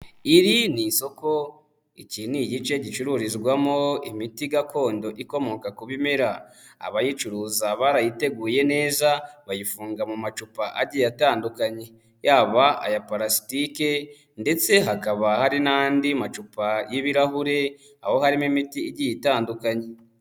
Iri ni isoko, iki ni igice gicururizwamo imiti gakondo ikomoka ku bimera, abayicuruza barayiteguye neza, bayifunga mu macupa agiye atandukanye, yaba aya palasitike ndetse hakaba hari n'andi macupa y'ibirahuri, aho harimo imiti igiye itandukanye.